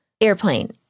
Airplane